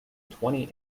twenty